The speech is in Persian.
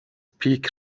پیک